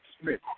Smith